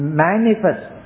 manifest